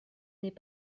n’est